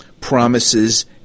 promises